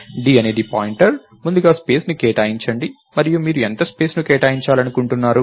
d అనేది pointer ముందుగా space ని కేటాయించండి మరియు మీరు ఎంత స్పేస్ ని కేటాయించాలనుకుంటున్నారు